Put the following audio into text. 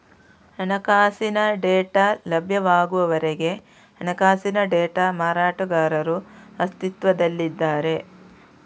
ಹಣಕಾಸಿನ ಡೇಟಾ ಲಭ್ಯವಾಗುವವರೆಗೆ ಹಣಕಾಸಿನ ಡೇಟಾ ಮಾರಾಟಗಾರರು ಅಸ್ತಿತ್ವದಲ್ಲಿದ್ದಾರೆ